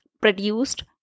produced